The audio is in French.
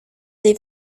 des